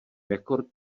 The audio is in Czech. rekord